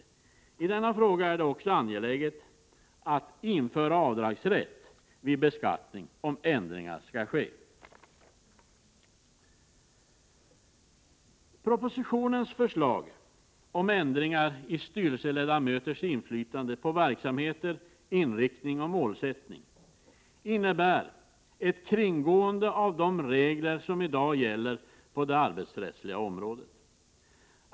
När det gäller denna fråga är det angeläget att man inför rätt till avdrag vid beskattning om ändringar skall ske. Propositionens förslag om ändringar i styrelseledamöters inflytande på verksamhetens inriktning och målsättning innebär ett kringgående av de regler som i dag gäller på det arbetsrättsliga området.